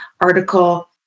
article